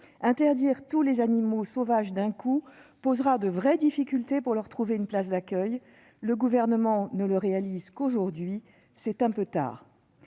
montrer tous les animaux sauvages d'un coup posera de vraies difficultés : il sera compliqué de leur trouver des places d'accueil. Le Gouvernement ne le réalise qu'aujourd'hui : c'est un peu tard